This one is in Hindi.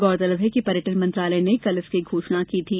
गौरतलब है कि पर्यटन मंत्रालय ने कल इसकी घोषणा की थी